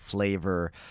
Flavor